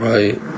Right